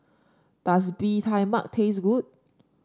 does Bee Tai Mak taste good